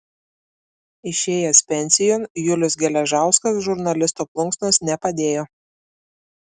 išėjęs pensijon julius geležauskas žurnalisto plunksnos nepadėjo